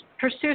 pursue